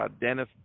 Dennis